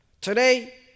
Today